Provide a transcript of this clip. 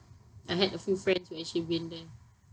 I had a few friends who actually been there